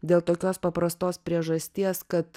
dėl tokios paprastos priežasties kad